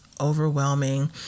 overwhelming